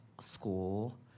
school